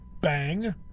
Bang